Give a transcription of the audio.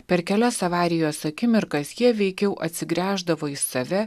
per kelias avarijos akimirkas jie veikiau atsigręždavo į save